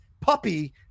puppy